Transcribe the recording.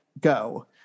go